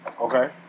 Okay